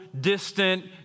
distant